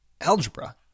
Algebra